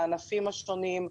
לענפים השונים,